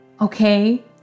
okay